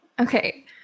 Okay